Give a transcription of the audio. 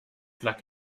plug